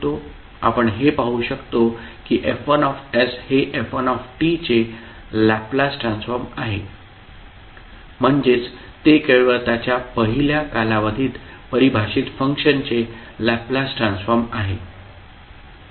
आपण हे पाहू शकतो की F1 हे f1 चे लॅपलास ट्रान्सफॉर्म आहे म्हणजेच ते केवळ त्याच्या पहिल्या कालावधीत परिभाषित फंक्शन चे लॅपलास ट्रान्सफॉर्म आहे